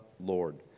Lord